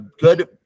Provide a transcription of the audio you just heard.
good